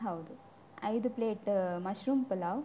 ಹೌದು ಐದು plate mushroom pulao